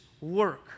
work